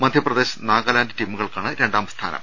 മധ്യപ്രദേശ് നാഗാലാന്റ് ടീമുകൾക്കാണ് രണ്ടാംസ്ഥാനം